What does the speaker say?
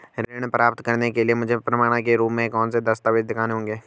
ऋण प्राप्त करने के लिए मुझे प्रमाण के रूप में कौन से दस्तावेज़ दिखाने होंगे?